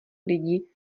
lidí